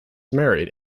married